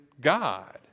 God